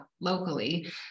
Locally